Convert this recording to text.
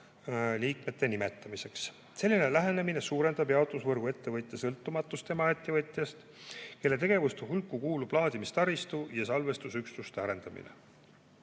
liikmete nimetamiseks. Selline lähenemine suurendab jaotusvõrgu ettevõtja sõltumatust emaettevõtjast, kelle tegevuste hulka kuulub laadimistaristu ja salvestusüksuste arendamine.